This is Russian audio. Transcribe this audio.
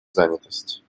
занятость